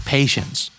Patience